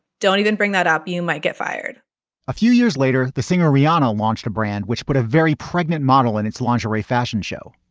don't even bring that up, you might get fired a few years later, the singer rihanna launched a brand which put a very pregnant model in its lingerie fashion show.